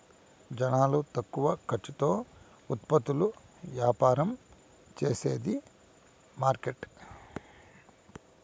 జనాలు తక్కువ ఖర్చుతో ఉత్పత్తులు యాపారం చేసేది మార్కెట్